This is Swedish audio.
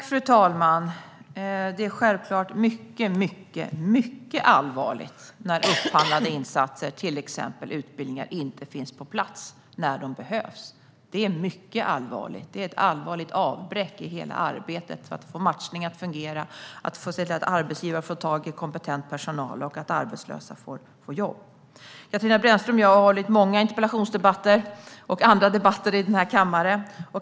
Fru talman! Det är självklart mycket allvarligt när upphandlade insatser, till exempel utbildningar, inte finns på plats när de behövs. Det är mycket allvarligt, och det är ett svårt avbräck i hela arbetet för att matchningar ska fungera, att arbetsgivare ska få tag i kompetent personal och att arbetslösa ska få jobb. Katarina Brännström och jag har haft många interpellationsdebatter och andra debatter här i kammaren.